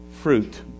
fruit